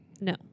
No